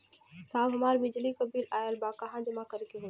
साहब हमार बिजली क बिल ऑयल बा कहाँ जमा करेके होइ?